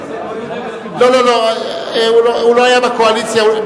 לא לא לא, הוא לא היה בקואליציה.